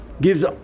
gives